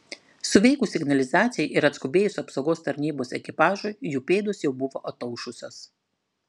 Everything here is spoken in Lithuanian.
suveikus signalizacijai ir atskubėjus apsaugos tarnybos ekipažui jų pėdos jau buvo ataušusios